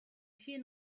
vier